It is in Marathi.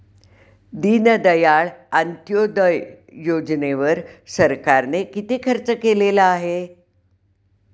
दीनदयाळ अंत्योदय योजनेवर सरकारने किती खर्च केलेला आहे?